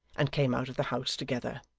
and came out of the house together.